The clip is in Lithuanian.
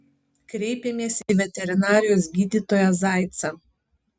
kreipėmės į veterinarijos gydytoją zaicą